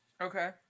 Okay